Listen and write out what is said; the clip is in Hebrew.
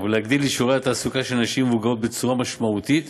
ולהגדיל את שיעורי התעסוקה של נשים בצורה משמעותית,